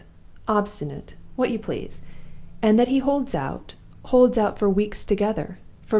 obstinate, what you please and that he holds out holds out for weeks together,